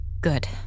Good